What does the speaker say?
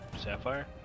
sapphire